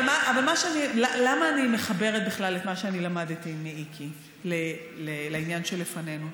למה אני מחברת בכלל את מה שלמדתי מאיקי לעניין שלפנינו?